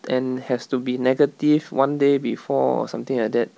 and has to be negative one day before or something like that